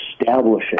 establishing